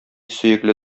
сөекле